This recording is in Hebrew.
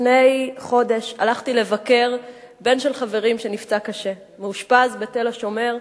לפני חודש הלכתי לבקר בן של חברים שנפצע קשה ואושפז ב"תל-השומר"